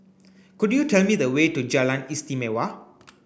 could you tell me the way to Jalan Istimewa